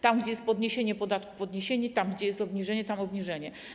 Tam, gdzie jest podniesienie podatków - podniesienie, tam, gdzie jest obniżenie - obniżenie.